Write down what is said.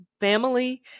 family